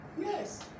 Yes